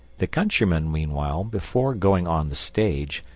the countryman, meanwhile, before going on the stage,